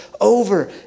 over